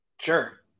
Sure